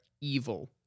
evil